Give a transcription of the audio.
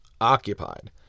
occupied